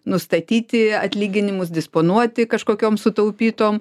nustatyti atlyginimus disponuoti kažkokiom sutaupytom